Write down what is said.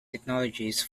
technologies